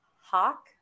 hawk